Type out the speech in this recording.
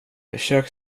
försök